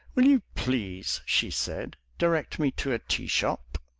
will you please, she said, direct me to a tea-shop?